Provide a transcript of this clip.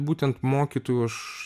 būtent mokytoju aš